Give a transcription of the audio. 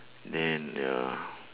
then the